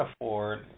afford